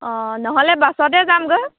অঁ নহ'লে বাছতে যামগৈ